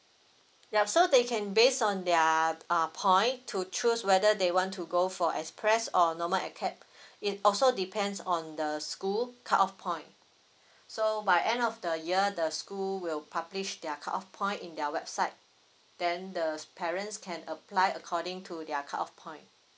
ya so they can based on their uh point to choose whether they want to go for express or normal acad it also depends on the school cut off point so by end of the year the school will publish their cut off point in their website then the parents can apply according to their cut off point